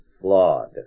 flawed